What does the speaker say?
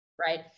right